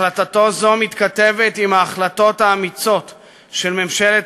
החלטתו זו מתכתבת עם ההחלטות האמיצות של ממשלת